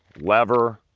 lever,